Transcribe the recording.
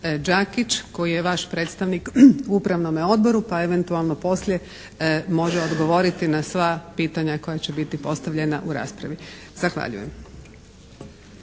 koji je vaš predstavnik u Upravnome odboru, pa eventualno poslije može odgovoriti na sva pitanja koja će biti postavljena u raspravi. Zahvaljujem.